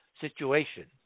situation